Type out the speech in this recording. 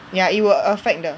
yah it will affect 的